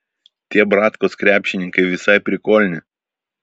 tie bratkos krepšininkai visai prikolni